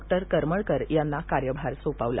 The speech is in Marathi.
नितीन करमळकर यांना कार्यभार सोपवला